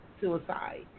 suicide